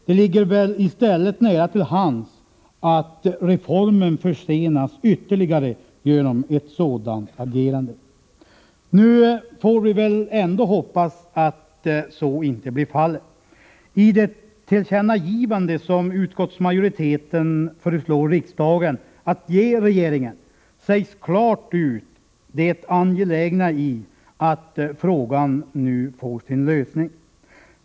Det ligger i stället nära till hands att reformen ytterligare försenas genom ett sådant agerande. Men vi - får väl hoppas att så ändå inte blir fallet. I det tillkännagivande som utskottsmajoriteten föreslår att riksdagen skall göra till regeringen sägs klart ut det angelägna i att frågan nu får sin lösning.